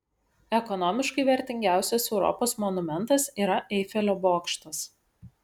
ekonomiškai vertingiausias europos monumentas yra eifelio bokštas